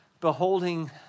beholding